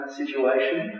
situation